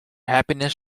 happiness